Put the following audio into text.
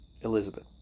Elizabeth